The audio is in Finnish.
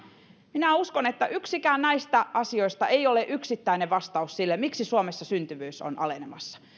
minä uskon että yksikään näistä asioista ei ole yksittäinen vastaus sille miksi suomessa syntyvyys on alenemassa